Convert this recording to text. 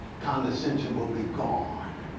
condescension will be gone.